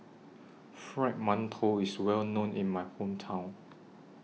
Fried mantou IS Well known in My Hometown